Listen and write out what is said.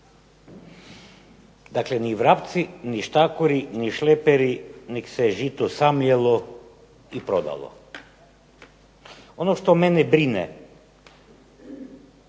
Dakle, ni vrapci, ni štakori, ni šleperi nego se žito samljelo i prodalo. Ono što mene brine,